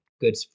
good